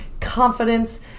confidence